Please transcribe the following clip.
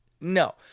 No